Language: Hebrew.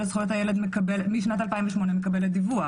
לזכויות הילד משנת 2008 מקבלת דיווח.